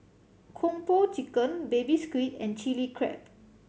Kung Po Chicken Baby Squid and Chili Crab